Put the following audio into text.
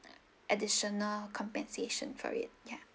additional compensation for it ya